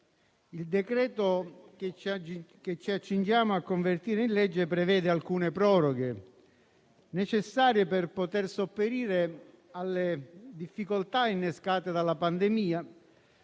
il decreto-legge che ci accingiamo a convertire in legge prevede alcune proroghe necessarie per poter sopperire alle difficoltà innescate dalla pandemia.